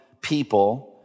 people